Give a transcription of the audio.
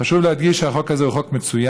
חשוב להדגיש שהחוק הזה הוא חוק מצוין,